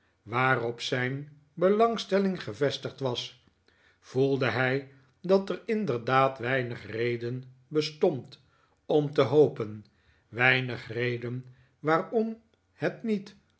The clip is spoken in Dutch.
waarop zijn belangstelling gevestigd was voelde hij dat er inderdaad weinig reden bestond om te hopen weinig reden waarom het niet